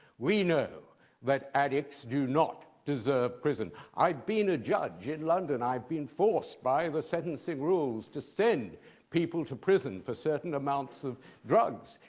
we know that addicts do not deserve prison. i've been a judge in london. i've been forced, by the sentencing rules, to send people to prison for certain amounts of drugs.